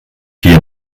hier